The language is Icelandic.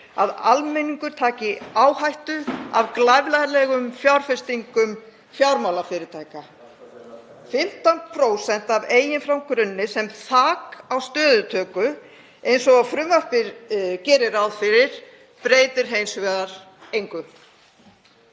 að almenningur taki áhættu af glæfralegum fjárfestingum fjármálafyrirtækja. 15% af eiginfjárgrunni sem þak á stöðutöku, eins og frumvarpið gerir ráð fyrir, breytir hins vegar engu.